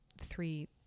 three